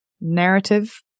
narrative